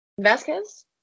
Vasquez